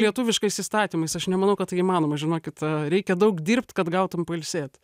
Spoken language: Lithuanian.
lietuviškais įstatymais aš nemanau kad tai įmanoma žinokit reikia daug dirbt kad gautum pailsėt